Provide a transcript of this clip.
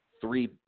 three